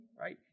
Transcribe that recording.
right